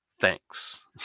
thanks